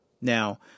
now